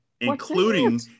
including